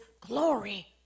glory